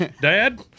Dad